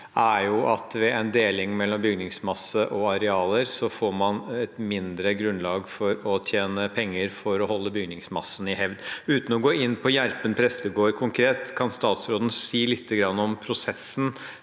er at ved en deling mellom bygningsmasse og arealer får man et mindre grunnlag for å tjene penger for å holde bygningsmassen i hevd. Uten å gå inn på Gjerpen prestegård konkret – kan statsråden si lite grann om prosessen